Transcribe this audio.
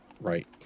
right